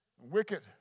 wicked